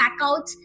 backouts